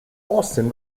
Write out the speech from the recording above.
austin